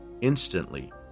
Instantly